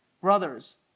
Brothers